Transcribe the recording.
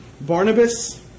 Barnabas